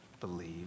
believe